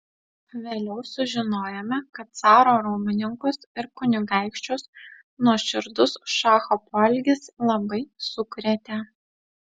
vėliau sužinojome kad caro rūmininkus ir kunigaikščius nuoširdus šacho poelgis labai sukrėtė